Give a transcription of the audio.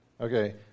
Okay